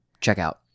checkout